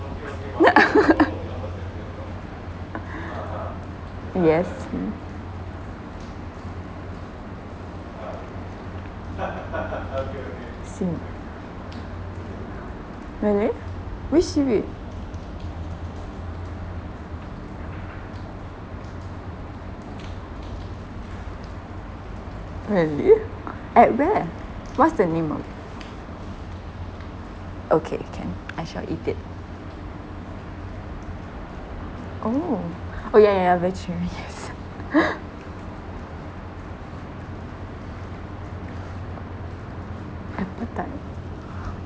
yes mm sin really which street really at where what's the name of it okay can I shall eat it oh oh ya ya ya very appetite